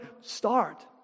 start